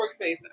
Workspace